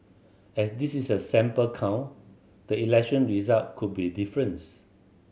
as this is a sample count the election result could be differents